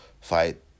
fight